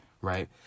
right